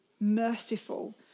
merciful